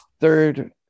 third